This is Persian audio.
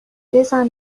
بزن